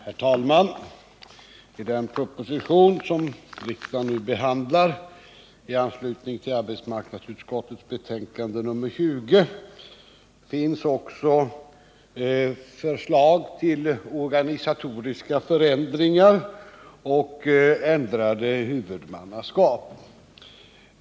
Herr talman! I den proposition som riksdagen nu behandlar i anslutning till arbetsmarknadsutskottets betänkande nr 20 finns också förslag till organisatoriska förändringar och ändrade huvudmannaskap.